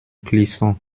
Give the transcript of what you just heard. clisson